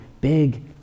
big